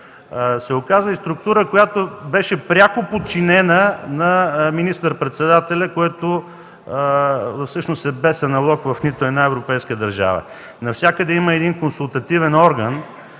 се оказа и структура, пряко подчинена на министър-председателя, която е без аналог в нито една европейска държава. Навсякъде има консултативен орган,